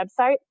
website